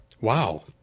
Wow